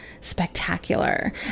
spectacular